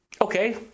Okay